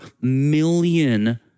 million